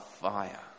fire